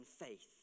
faith